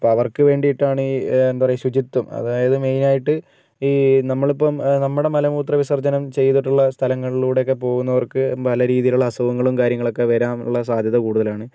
അപ്പോൾ അവർക്ക് വേണ്ടിയിട്ടാണ് എന്താ പറയുക ശുചിത്വം അതായത് മെയിൻ ആയിട്ട് ഈ നമ്മളിപ്പോൾ നമ്മുടെ മലമൂത്ര വിസർജ്ജനം ചെയ്തിട്ടുള്ള സ്ഥലങ്ങളിലൂടെ ഒക്കെ പോകുന്നവർക്ക് പല രീതിയിലുള്ള അസുഖങ്ങളും കാര്യങ്ങളൊക്കെ വരാനുള്ള സാധ്യത കൂടുതലാണ്